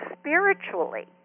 spiritually